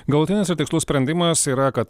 galutinis ir tikslus sprendimas yra kad